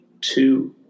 two